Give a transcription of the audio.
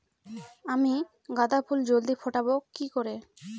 আমি গাঁদা ফুল জলদি ফোটাবো কি করে?